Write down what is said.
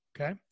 Okay